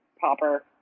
popper